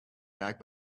back